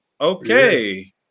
Okay